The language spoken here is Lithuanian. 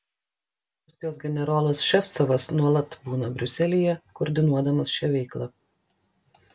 rusijos generolas ševcovas nuolat būna briuselyje koordinuodamas šią veiklą